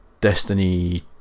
Destiny